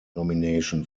nomination